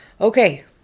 Okay